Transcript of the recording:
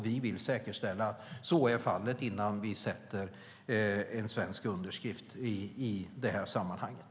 Vi vill säkerställa att så är fallet innan vi sätter en svensk underskrift i det här sammanhanget.